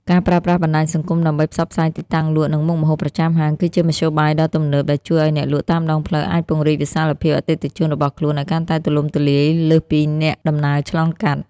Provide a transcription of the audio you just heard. ការប្រើប្រាស់បណ្ដាញសង្គមដើម្បីផ្សព្វផ្សាយទីតាំងលក់ និងមុខម្ហូបប្រចាំហាង គឺជាមធ្យោបាយដ៏ទំនើបដែលជួយឱ្យអ្នកលក់តាមដងផ្លូវអាចពង្រីកវិសាលភាពអតិថិជនរបស់ខ្លួនឱ្យកាន់តែទូលំទូលាយលើសពីអ្នកដំណើរឆ្លងកាត់។